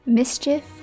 mischief